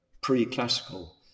pre-classical